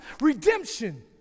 redemption